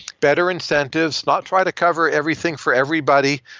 better incentives. not try to cover everything for everybody,